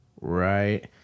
Right